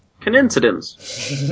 Coincidence